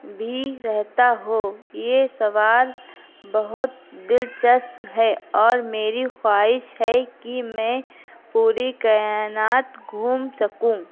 بھی رہتا ہو یہ سوال بہت دلچسپ ہے اور میری خواہش ہے کہ میں پوری کائنات گھوم سکوں